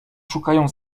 szukają